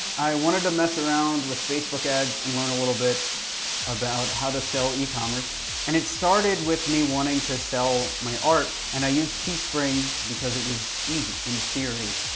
i wanted to mess around with facebook ads and learn a little bit about how to sell e-commerce. and it started with me wanting to sell my art and i used teespring because it was easy in theory.